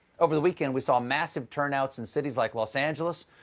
over the weekend, we saw massive turnouts in cities like los angeles,